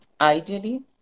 Ideally